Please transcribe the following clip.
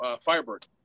Firebird